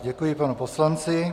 Děkuji panu poslanci.